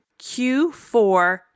Q4